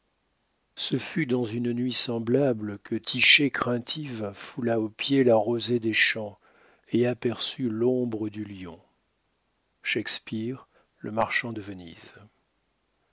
ce fut dans une nuit semblable que thishé craintive foula aux pieds la rosée des champs et aperçut l'ombre du lion shakespeare le marchand de venise